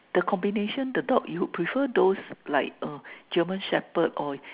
the combination the dog you prefer those like uh German Shepherd or